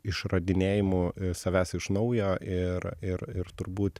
išradinėjimu savęs iš naujo ir ir ir turbūt